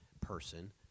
person